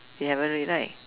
you haven't read right